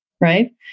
right